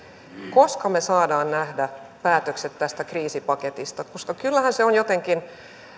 koska me saamme nähdä päätökset tästä kriisipaketista kyllähän se on jotenkin